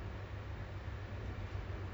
all my cousins ada